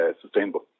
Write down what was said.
sustainable